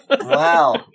Wow